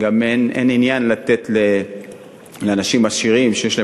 אין עניין לתת קצבת סיעוד לאנשים עשירים שיש להם